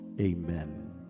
Amen